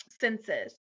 senses